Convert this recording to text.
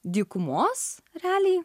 dykumos realiai